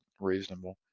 reasonable